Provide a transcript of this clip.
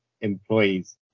employees